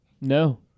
No